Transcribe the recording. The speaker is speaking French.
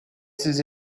ses